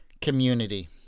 community